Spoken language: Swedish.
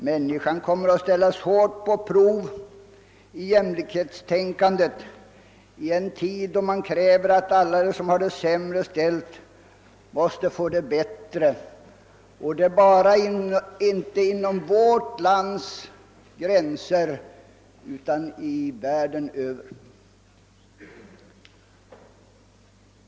Människan kommer att sättas hårt på prov i jämlikhetstänkandet, i en tid då man kräver att alla som har det sämre ställt skall få det bättre — och det inte bara inom vårt lands gränser utan världen över.